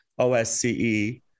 OSCE